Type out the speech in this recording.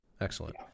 Excellent